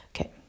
Okay